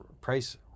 price